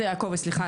סליחה.